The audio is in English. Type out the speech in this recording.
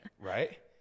right